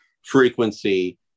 frequency